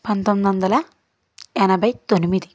పంతొందొందల ఎనభై తొనిమిది